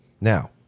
now